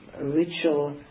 ritual